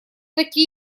такие